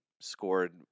scored